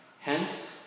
Hence